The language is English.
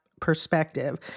perspective